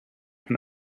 and